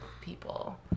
people